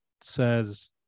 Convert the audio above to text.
says